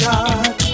God